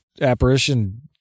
apparition